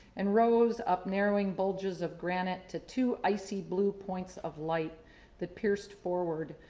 and rose up narrowing bulges of granite to two icy blue points of light that pierced forward,